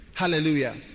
Hallelujah